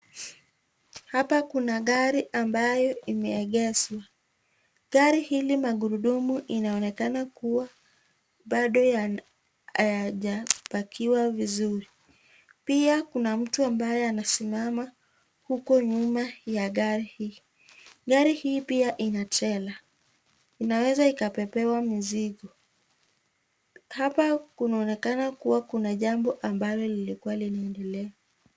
Hapa kuna gari ambayo imeegeshwa. Gari hili magurudumu inaonekana kuwa bado hayajapakiwa vizuri. Pia kuna mtu ambaye anasimama huko nyuma ya gari hii. Gari hii pia ina trailer . Inaweza ikabebewa mizigo. Hapa kunaonekana kuwa kuna jambo ambalo lilikuwa linaendelea.